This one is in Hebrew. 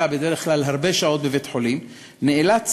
בדרך כלל הרבה שעות בבית-חולים נאלץ